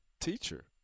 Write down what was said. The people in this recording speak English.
teacher